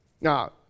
Now